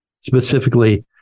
specifically